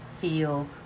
feel